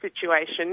situation